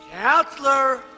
Counselor